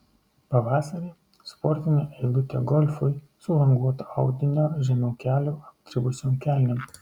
pavasarį sportinė eilutė golfui su languoto audinio žemiau kelių apdribusiom kelnėm